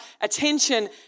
attention